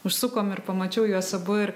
užsukom ir pamačiau juos abu ir